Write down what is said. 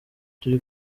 turi